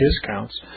discounts